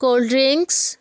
cold drinks